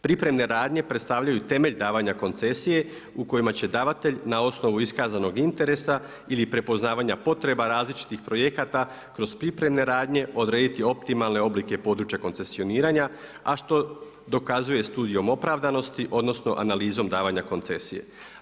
Pripremne radnje predstavljaju temelj davanja koncesije u kojima će davatelj na osnovu iskazanog interesa ili prepoznavanja potreba različitih projekata kroz pripremne radnje odrediti optimalne oblike područja koncesioniranja, a što dokazuje studijom opravdanosti odnosno analizom davanja koncesije.